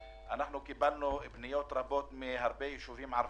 קיבלנו פניות רבות מהרבה ישובים ערביים.